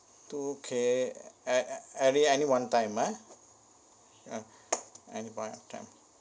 two K a any any one time ya any one time